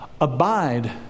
abide